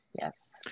Yes